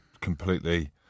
completely